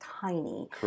tiny